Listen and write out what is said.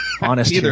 honest